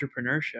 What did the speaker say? entrepreneurship